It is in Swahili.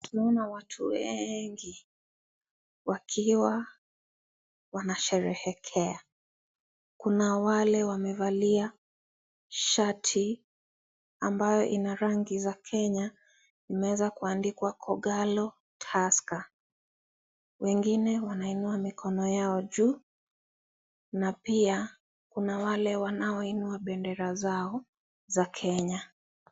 Tunaona watu wengi, wakiwa, wanasherehekea. Kuna wale wamevalia shati ambayo ina rangi za Kenya, imeweza kuandikuwa kogalo, Tusker. Wengine wanainua mikono yao juu, na pia kuna wale wanainua bendera zao za Kenya.